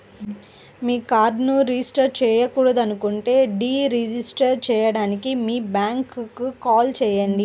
మీ కార్డ్ను రిజిస్టర్ చేయకూడదనుకుంటే deregister చేయడానికి మీ బ్యాంక్కు కాల్ చేయండి